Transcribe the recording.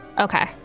Okay